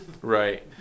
Right